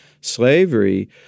slavery